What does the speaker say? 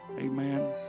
amen